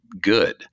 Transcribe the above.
good